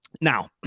Now